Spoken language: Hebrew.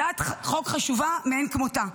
הצעת חוק חשובה מאין כמותה.